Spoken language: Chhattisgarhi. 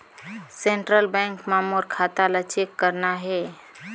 सेंट्रल बैंक मां मोर खाता ला चेक करना हे?